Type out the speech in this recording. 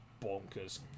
bonkers